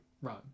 run